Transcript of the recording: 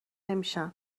نمیشن